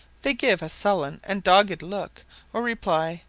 they give a sullen and dogged look or reply,